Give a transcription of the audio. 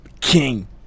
king